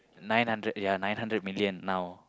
nine hundred ya nine hundred million now